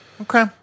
okay